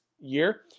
year